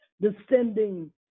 Descending